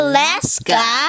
Alaska